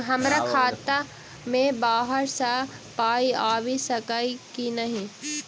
हमरा खाता मे बाहर सऽ पाई आबि सकइय की नहि?